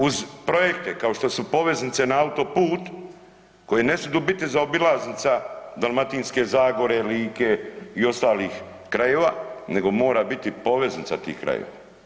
Uz projekte kao što su poveznice na autoput koje ne smiju biti zaobilaznica Dalmatinske zagore, Like i ostalih krajeva, nego mora biti poveznica tih krajeva.